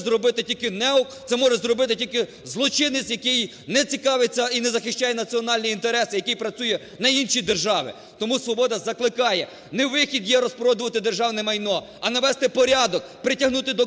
зробити тільки неук, це може зробити тільки злочинець, який не цікавиться і не захищає національні інтереси, який працює на інші держави. Тому "Свобода" закликає: не вихід є – розпродувати державне майно, а навести порядок, притягнути до